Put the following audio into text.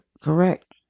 correct